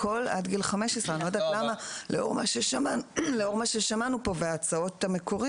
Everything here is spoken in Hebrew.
הכול עד גיל 15. אני לא יודעת למה לאור מה ששמענו פה וההצעות המקוריות,